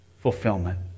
fulfillment